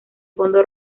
fondo